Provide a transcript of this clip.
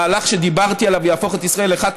המהלך שדיברתי עליו יהפוך את ישראל לאחת